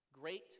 great